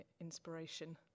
inspiration